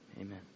amen